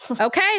Okay